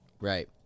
right